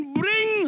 bring